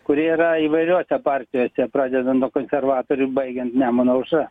kurie yra įvairiose partijose pradedan nuo konservatorių baigiant nemuno aušra